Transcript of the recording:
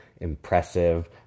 impressive